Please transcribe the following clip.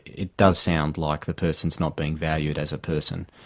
it does sound like the person is not being valued as a person.